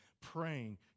praying